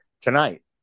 tonight